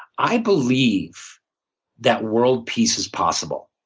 i believe that world peace is possible.